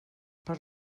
per